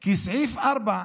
כי "סעיף 4,